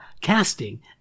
Casting